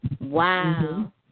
Wow